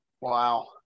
Wow